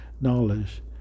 knowledge